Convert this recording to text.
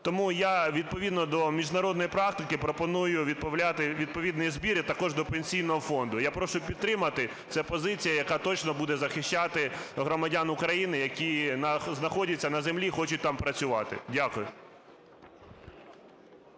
Тому я відповідно до міжнародної практики пропоную відправляти відповідний збір і також до Пенсійного фонду. Я прошу підтримати. Це позиція, яка точно буде захищати громадян України, які знаходяться на землі і хочуть там працювати. Дякую.